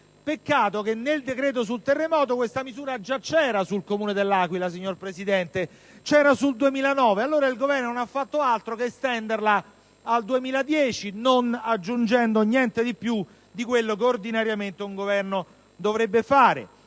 Peccato che nel decreto sul terremoto questa misura già vi fosse per il Comune dell'Aquila, signora Presidente. C'era per il 2009, e allora il Governo non ha fatto altro che estenderla al 2010, non aggiungendo niente di più di quanto ordinariamente un Governo dovrebbe fare.